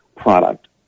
Product